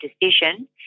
decision